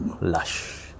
Lush